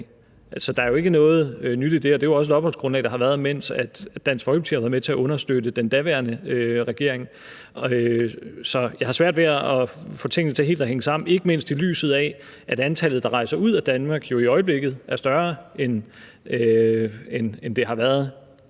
Der er ikke noget nyt i det, og det er jo også et opholdsgrundlag, der har været, mens Dansk Folkeparti har været med til at understøtte den daværende regering. Så jeg har svært ved at få tingene til helt at hænge sammen, ikke mindst i lyset af at antallet, der rejser ud af Danmark, jo i øjeblikket er større, end det har været